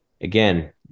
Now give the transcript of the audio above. again